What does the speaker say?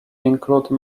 include